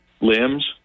limbs